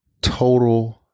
total